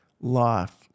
life